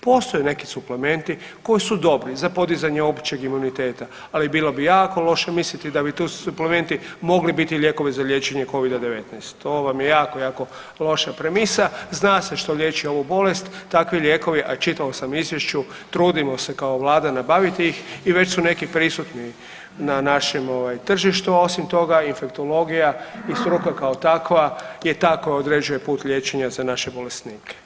Postoje neki suplementi koji su dobri za podizanje općeg imuniteta, ali bilo bi jako loše misliti da bi tu suplementi mogli biti lijekovi za liječenje Covida-19, to vam je jako, jako loša premisa, zna se što liječi ovu bolest, takvi lijekovi, a čitao sam u Izvješću, trudimo se kao Vlada nabaviti i već su neki prisutni na našem tržištu, a osim toga, infektologija i struka kao takva je ta koja određuje put liječenja za naše bolesnike.